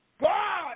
God